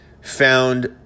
found